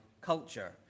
culture